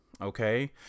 Okay